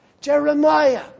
Jeremiah